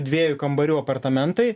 dviejų kambarių apartamentai